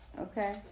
Okay